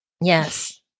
Yes